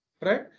right